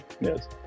Yes